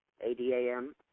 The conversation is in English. A-D-A-M